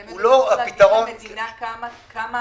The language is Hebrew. אתם יודעים להגיד למדינה לכמה